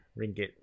ringgit